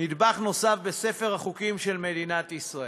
נדבך נוסף בספר החוקים של מדינת ישראל.